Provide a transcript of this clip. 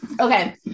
Okay